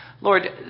Lord